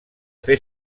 fer